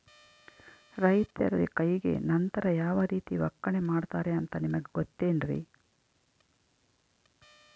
ರೈತರ ಕೈಗೆ ನಂತರ ಯಾವ ರೇತಿ ಒಕ್ಕಣೆ ಮಾಡ್ತಾರೆ ಅಂತ ನಿಮಗೆ ಗೊತ್ತೇನ್ರಿ?